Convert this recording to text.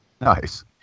Nice